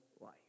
life